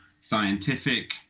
scientific